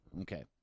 Okay